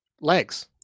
legs